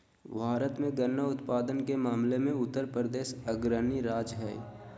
भारत मे गन्ना उत्पादन के मामले मे उत्तरप्रदेश अग्रणी राज्य हय